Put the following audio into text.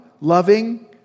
loving